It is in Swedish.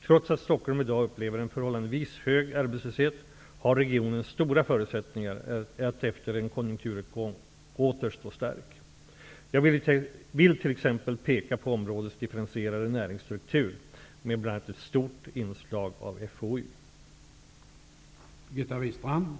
Trots att Stockholm i dag upplever en förhållandevis hög arbetslöshet har regionen stora förutsättningar att efter en konjunkturuppgång åter stå stark. Jag vill t.ex. peka på områdets differentierade näringslivsstruktur med bl.a. ett stort inslag av forskning och utveckling.